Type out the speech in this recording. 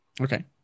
Okay